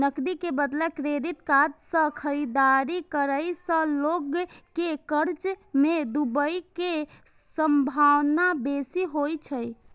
नकदी के बदला क्रेडिट कार्ड सं खरीदारी करै सं लोग के कर्ज मे डूबै के संभावना बेसी होइ छै